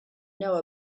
know